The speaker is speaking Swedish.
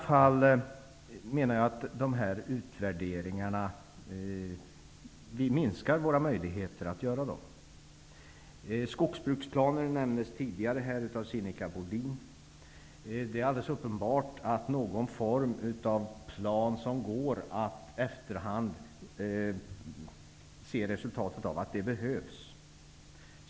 Jag menar att vi i många fall minskar våra möjligheter att göra utvärderingar. Skogsbruksplanen nämndes här tidigare av Sinikka Bohlin. Det är alldeles uppenbart att det behövs planer som det går att i efterhand se resultatet av.